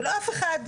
ולא אף אחד,